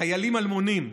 "חיילים אלמונים".